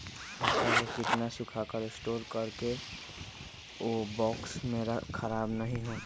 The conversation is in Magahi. मक्का को कितना सूखा कर स्टोर करें की ओ बॉक्स में ख़राब नहीं हो?